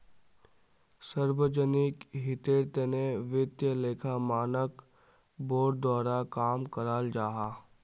सार्वजनिक हीतेर तने वित्तिय लेखा मानक बोर्ड द्वारा काम कराल जाहा